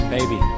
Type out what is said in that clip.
Baby